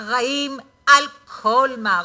ל"הדסה"